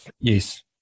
Yes